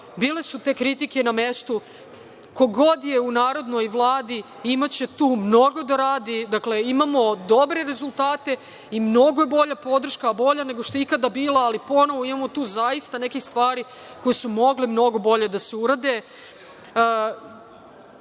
Bile su te kritike na mestu. Ko god je u narednoj Vladi imaće tu mnogo da radi. Dakle, imamo dobre rezultate i mnogo je bolja podrška, bolja nego što je ikada bila, ali ponovo imamo tu zaista nekih stvari koje su mogle mnogo bolje da se urade. Žao